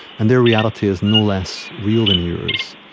and their reality is no less real than yours.